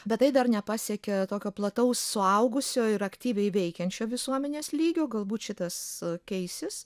bet tai dar nepasiekė tokio plataus suaugusio ir aktyviai veikiančio visuomenės lygio galbūt šitas keisis